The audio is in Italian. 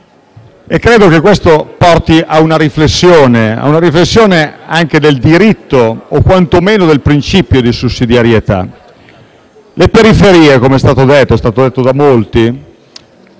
Credo che questo porti ad una riflessione sul diritto o quanto meno sul principio di sussidiarietà. Le periferie, com'è stato detto da molti,